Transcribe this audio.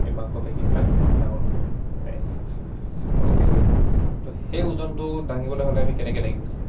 এই মাংস পেশীবিলাক ডাঙৰ হ'বলৈ মানে শক্তিশালী হ'বলৈ ত' সেই ওজনটো দাঙিবলৈ হ'লে আমি কেনেকৈ দাঙিম এতিয়া